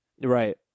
right